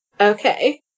okay